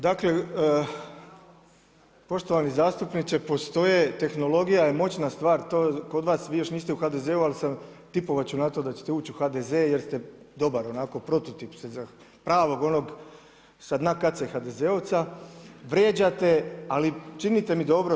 Dakle, poštovani zastupniče, postoje, tehnologija je moćna stvar, to kod vas, vi još niste u HDZ-u ali tipovati ću na to da ćete ući u HDZ jer ste dobar onako prototip ste za pravog onog, … vrijeđate, ali činite mi dobro.